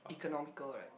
economical right